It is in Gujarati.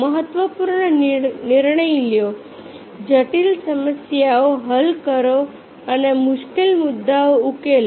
મહત્વપૂર્ણ નિર્ણયો લો જટિલ સમસ્યાઓ હલ કરો અને મુશ્કેલ મુદ્દાઓ ઉકેલો